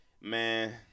man